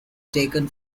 taken